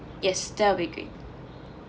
yes that will be great